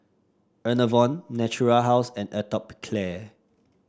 Enervon Natura House and Atopiclair